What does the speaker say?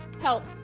Help